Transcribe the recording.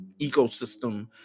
ecosystem